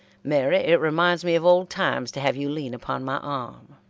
mary, it reminds me of old times to have you lean upon my arm.